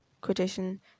quotation